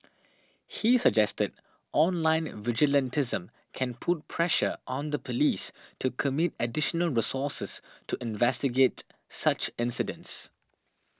she suggested online vigilantism can put pressure on the police to commit additional resources to investigate such incidents